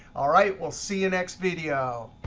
all right, we'll see you next video.